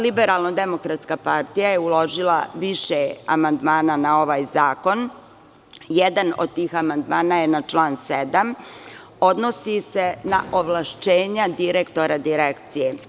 Liberalno-demokratska partija je uložila više amandmana na ovaj zakon, jedan od tih amandmana je na član 7, odnosi se na ovlašćenja direktora Direkcije.